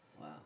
Wow